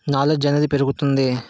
knowledge అనేది పెరుగుతుంది